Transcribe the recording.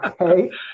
Okay